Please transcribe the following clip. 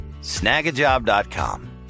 snagajob.com